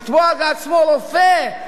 לתבוע לעצמו רופא,